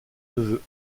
neveu